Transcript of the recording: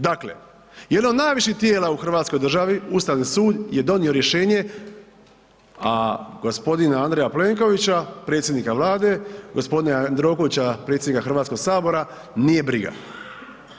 Dakle, jedno od najviših tijela u Hrvatskoj državi, Ustavni sud je donio rješenje, a gospodina Andreja Plenkovića predsjednika Vlade, gospodina Jandrokovića predsjednika Hrvatskog sabora nije briga.